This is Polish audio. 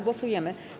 Głosujemy.